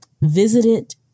visited